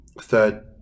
third